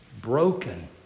broken